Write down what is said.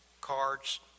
cards